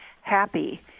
happy